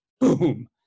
boom